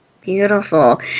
Beautiful